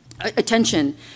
attention